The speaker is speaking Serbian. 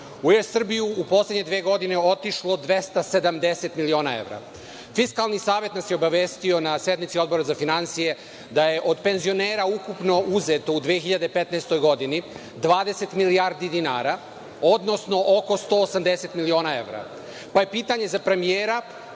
u Er Srbiju u poslednje dve godine otišlo 270 miliona evra. Fiskalni savet nas je obavestio na sednici Odbora za finansije da je od penzionera ukupno uzeto u 2015. godini 20 milijardi dinara, odnosno oko 180 miliona evra. Moje pitanje za premijera